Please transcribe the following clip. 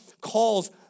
calls